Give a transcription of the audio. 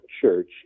church